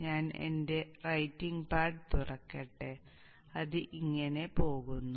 ഞാൻ എന്റെ writing pad തുറക്കട്ടെ അത് ഇങ്ങനെ പോകുന്നു